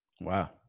Wow